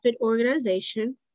organization